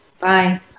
Bye